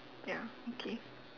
ya okay